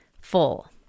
full